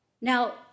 Now